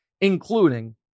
including